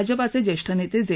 भाजपाचे ज्येष्ठ नेते जे